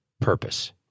purpose